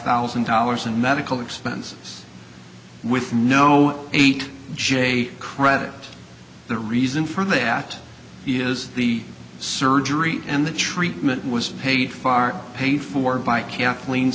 thousand dollars in medical expenses with no eight j credit the reason for that is the surgery and the treatment was paid far paid for by kathleen